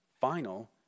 final